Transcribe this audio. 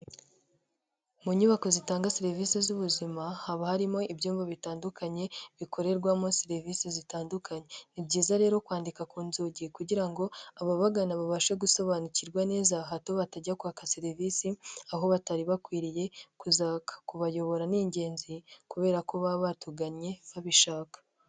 Mu nyubako zitanga serivisi z'ubuzima, haba harimo ibyumba bitandukanye, bikorerwamo serivisi zitandukanye, ni byiza rero kwandika ku nzugi kugira ngo ababagana babashe gusobanukirwa neza, hato batajya kwaka serivisi aho batari bakwiriye kuzaka, kubayobora ni ingenzi kubera ko baba batugannye babishaka.